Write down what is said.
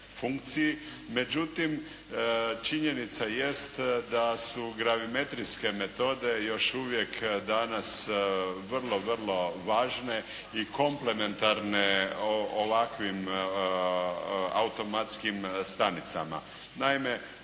funkciji. Međutim, činjenica jest da su gravimetrijske metode još uvijek danas vrlo važne i komplementarne ovakvim automatskim stanicama. Naime,